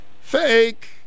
fake